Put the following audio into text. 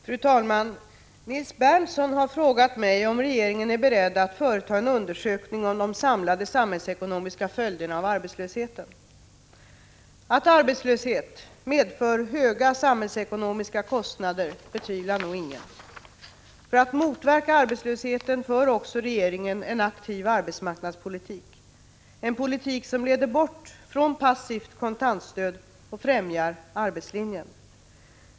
Fru talman! Nils Berndtson har frågat mig om regeringen är beredd att företa en undersökning om de samlade samhällsekonomiska följderna av arbetslösheten. Att arbetslöshet medför höga samhällsekonomiska kostnader betvivlar nog ingen. För att motverka arbetslösheten för också regeringen en aktiv arbetsmarknadspolitik, en politik som leder bort från passivt kontantstöd och främjar arbetslinjen.